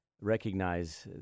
recognize